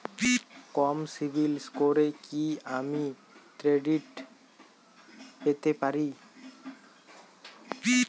কম CIBIL স্কোরে কি আমি ক্রেডিট পেতে পারি?